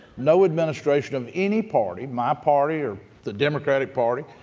no administration of any party, my party or the democratic party,